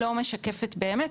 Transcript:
לא משקפת באמת,